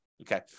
Okay